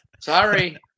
Sorry